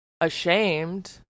ashamed